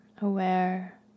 aware